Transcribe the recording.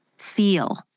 feel